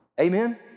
Amen